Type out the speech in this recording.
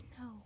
No